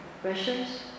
questions